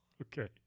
Okay